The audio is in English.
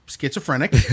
schizophrenic